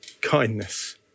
kindness